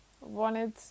wanted